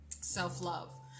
self-love